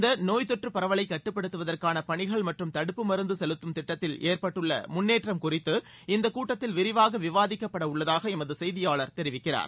இந்த நோய்த் தொற்றுப் பரவலை கட்டுப்படுத்துவதற்கான பணிகள் மற்றும் தடுப்பு மருந்து செலுத்தும் திட்டத்தில் ஏற்பட்டுள்ள முன்னேற்றம் குறித்து இந்தக் கூட்டத்தில் விரிவாக விவாதிக்கப்படவுள்ளதாக எமது செய்தியாளர் தெரிவிக்கிறார்